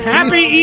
Happy